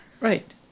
Right